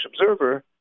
Observer